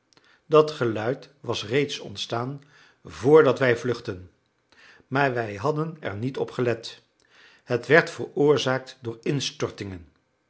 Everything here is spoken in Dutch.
dat geluid was reeds onstaan vr dat wij vluchtten maar wij hadden er niet op gelet het werd veroorzaakt door